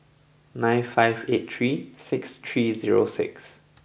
nine five eight three six three zero six